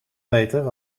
beter